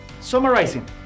Summarizing